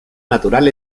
natural